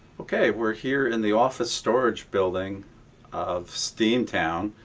okay, we're here in the office storage building of steamtown,